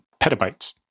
petabytes